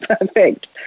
Perfect